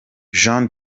jean